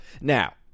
Now